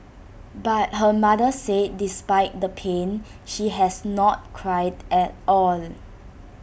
but her mother said despite the pain she has not cried at all